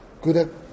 good